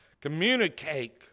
Communicate